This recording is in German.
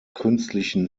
künstlichen